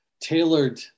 Tailored